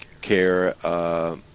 care